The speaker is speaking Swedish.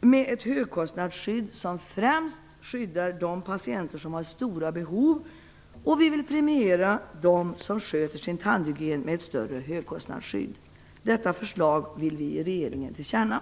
med ett högkostnadsskydd som främst skyddar de patienter som har stora behov. Vidare vill vi premiera dem som sköter sin tandhygien med ett större högkostnadsskydd. Detta förslag vill vi ge regeringen till känna.